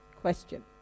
Question